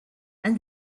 and